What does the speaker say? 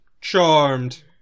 Charmed